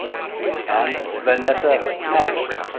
and lanessa patterson.